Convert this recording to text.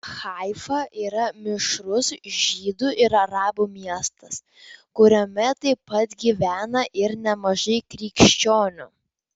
haifa yra mišrus žydų ir arabų miestas kuriame taip pat gyvena ir nemažai krikščionių